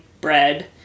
bread